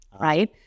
right